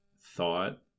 thought